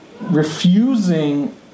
refusing